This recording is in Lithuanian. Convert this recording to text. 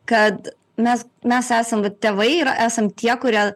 kad mes mes esam va tėvai yra esam tie kurie